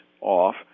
off